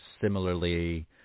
similarly